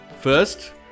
First